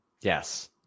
Yes